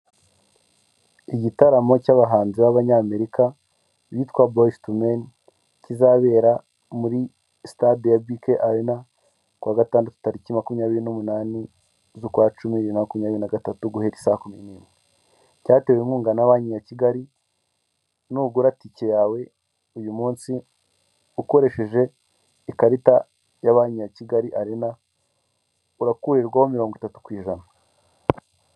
Igitaramo cy'abahanzi b'abanyamerika bitwa Boyizi tu meni kizabera muri stade ya Bike Arena kuwa gatandatu tariki makumyabiri n'umunani z'ukwa cumi bibiri makumyabiri na gatanu guhera saa kumi n'umwe. Cyatewe inkunga na banki ya Kigali nugura itike yawe uyu munsi ukoresheje ikarita ya banki ya Kigali Arena, urakurirwaho mirongo itatu ku ijana.